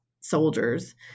soldiers